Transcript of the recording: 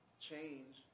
change